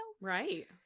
right